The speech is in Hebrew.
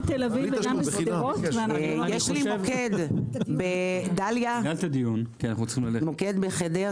יש לי מוקד בדליה, מוקד בחדרה,